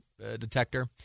detector